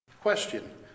question